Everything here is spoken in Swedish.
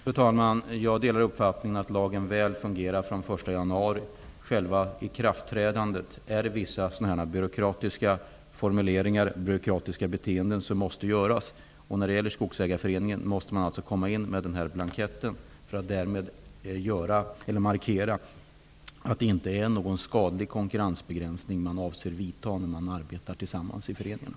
Fru talman! Jag delar uppfattningen att lagen väl fungerar från den 1 januari. Inför själva ikraftträdandet krävs det vissa sådana byråkratiska beteenden som jag har nämnt. Skogsägarföreningar måste alltså komma in med en blankett för att markera att det inte är någon skadlig konkurrensbegränsning som man avser att åstadkomma när man arbetar tillsammans i föreningen.